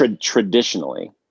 Traditionally